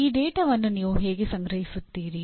ಈ ಡೇಟಾವನ್ನು ನೀವು ಹೇಗೆ ಸಂಗ್ರಹಿಸುತ್ತೀರಿ